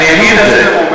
אני אגיד את זה.